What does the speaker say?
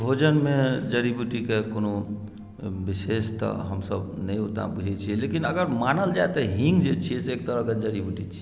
भोजनमे जड़ी बुटीकेँ कोनो विशेष तऽ हमसभ नहि ओते बुझै छी लेकिन अगर मानल जाए तऽ हिन्ग जे छै से एक तरहके जड़ी बुटी छी